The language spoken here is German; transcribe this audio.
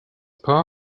paar